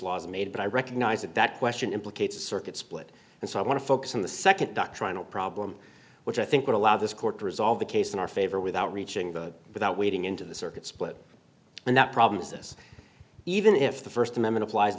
are made but i recognize that that question implicates a circuit split and so i want to focus on the nd doctrinal problem which i think would allow this court to resolve the case in our favor without reaching the without wading into the circuit split and that problem is this even if the st amendment applies